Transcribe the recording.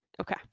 Okay